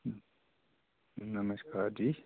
नमस्कार जी